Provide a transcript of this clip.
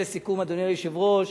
מקווה, לסיכום, אדוני היושב-ראש,